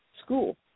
school